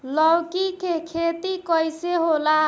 लौकी के खेती कइसे होला?